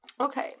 Okay